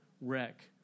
wreck